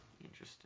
Interesting